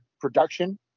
production